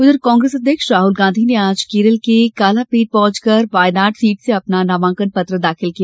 उधर कांग्रेस अध्यक्ष राहुल गांधी ने आज केरल के कालपेटा पहुंचकर वायनाड सीट से अपना नामांकन दाखिल किया